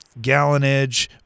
gallonage